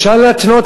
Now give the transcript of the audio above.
אפשר להתנות.